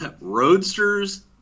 roadsters